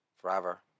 Forever